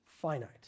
finite